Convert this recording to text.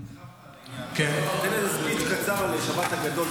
--- תן איזה סוויץ' קצר לשבת הגדול,